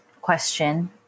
question